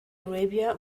arabia